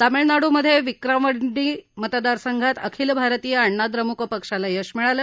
तमिळनाडूमघे विक्रावंडी मतदारसंघात अखिल भारतीय अण्णा द्रमुक पक्षाला यश मिळालं